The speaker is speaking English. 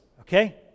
Okay